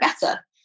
better